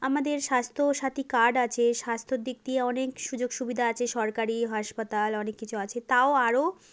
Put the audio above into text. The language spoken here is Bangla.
আমাদের স্বাস্থ্যসাথী কার্ড আছে স্বাস্থ্যর দিক দিয়ে অনেক সুযোগ সুবিধা আছে সরকারি হাসপাতাল অনেক কিছু আছে তাও আরও